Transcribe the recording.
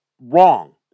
wrong